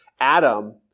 Adam